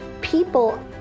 People